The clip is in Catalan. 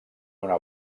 una